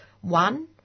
one